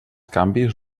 canvis